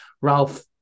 Ralph